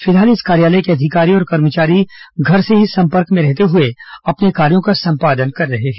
फिलहाल इस कार्यालय के अधिकारी और कर्मचारी घर से ही संपर्क में रहते हुए अपने कार्यों का संपादन कर रहे हैं